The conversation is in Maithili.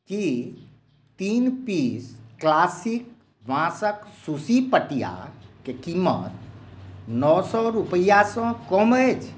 की तीन पीस क्लासिक बाँसक सुशी पटियाकेँ कीमत नओ सए रुपैआसँ कम अछि